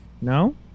No